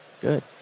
good